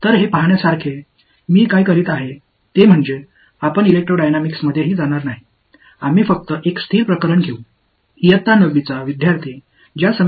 இதைப் பார்க்க நாம் என்ன செய்வேன் என்றாள் நாம் எலக்ட்ரோடைனமிக்ஸிற்க்கு கூட செல்ல மாட்டோம் நாம் ஒரு நிலையான விஷயத்தை எடுப்போம்